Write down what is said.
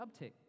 uptick